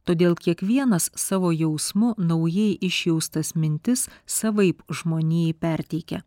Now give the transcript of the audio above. todėl kiekvienas savo jausmu naujai išjaustas mintis savaip žmonijai perteikia